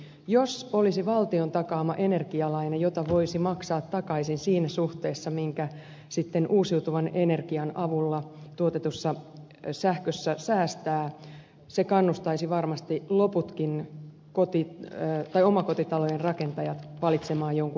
jos olisi valtion takaama energialaina jota voisi maksaa takaisin siinä suhteessa minkä sitten uusiutuvan energian avulla tuotetussa sähkössä säästää se kannustaisi varmasti loputkin omakotitalojen rakentajat valitsemaan jonkun muun ratkaisun